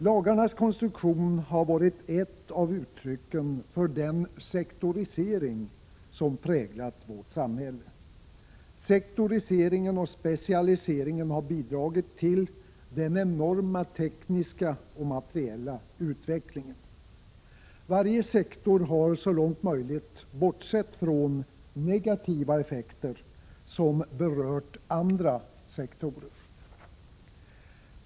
Lagarnas konstruktion har varit ett av uttrycken för den sektorisering som präglar vårt samhälle. Sektoriseringen och specialiseringen har bidragit till den enorma tekniska och materiella utvecklingen. Varje sektor har så långt möjligt bortsett från negativa effekter som berört andra sektorer.